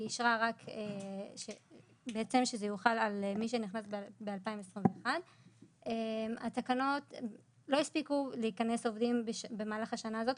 היא אישרה רק שזה יוחל על מי שנכנס בשנת 2021. לא הספיקו להיכנס עובדים במהלך השנה הזאת,